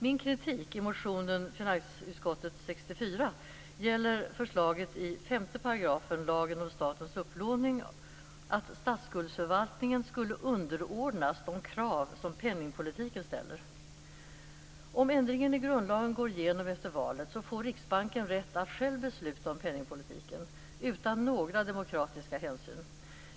Min kritik i motion Fi64 gäller förslaget i 5 § lagen om statens upplåning, att statsskuldsförvaltningen skulle underordnas de krav som penningpolitiken ställer. Om ändringen i grundlagen går igenom efter valet, får Riksbanken rätt att själv besluta om penningpolitiken utan några demokratiska hänsyn.